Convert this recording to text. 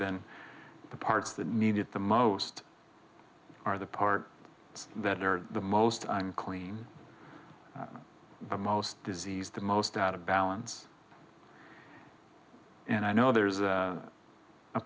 then the parts that need it the most are the part that are the most i'm clean the most disease the most out of balance and i know there's a